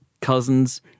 cousins